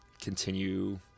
continue